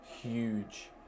huge